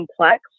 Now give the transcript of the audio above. complex